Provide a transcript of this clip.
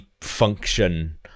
function